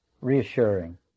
reassuring